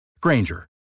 Granger